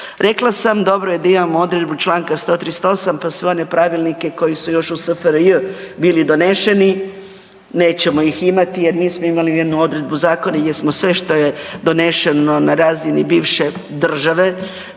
rekla sam dobro je da imamo odredbu čl. 138., pa sve one pravilnike koji su još u SFRJ bili doneseni nećemo ih imati jer nismo imali nijednu odredbu zakona gdje smo sve što je donešeno na razini bivše države